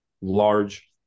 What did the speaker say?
large